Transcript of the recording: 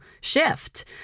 shift